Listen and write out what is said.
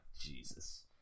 Jesus